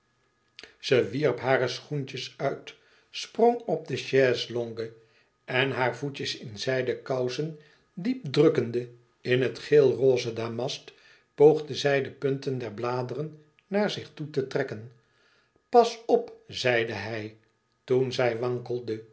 ze wierp hare schoentjes uit sprong op de chaise-longue en hare voetjes in zijden kousen diep drukkende in het geelroze damast poogde zij de punten der bladeren naar zich toe te trekken pas op zeide hij toen zij wankelde